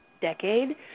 decade